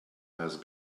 has